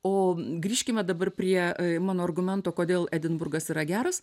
o grįžkime dabar prie mano argumento kodėl edinburgas yra geras